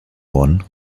horn